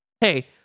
hey